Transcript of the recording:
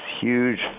huge